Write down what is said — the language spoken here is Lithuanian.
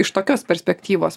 iš tokios perspektyvos